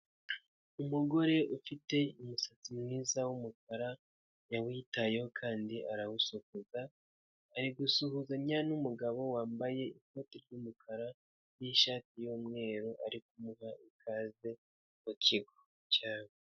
Umugore ufite umusatsi mwiza w'umukara yawitayeho kandi arawusokoza, ari gusuhuzanya n'umugabo wambaye ikoti ry'umukara n'ishati y'umweru arikumuha ikaze mu kigo cyabo.